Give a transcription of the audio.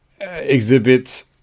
exhibit